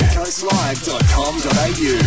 CoastLive.com.au